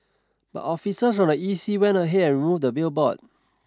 but officers from the E C went ahead and removed the billboard